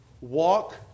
walk